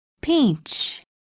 peach